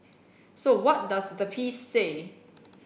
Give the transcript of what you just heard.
so what does the piece say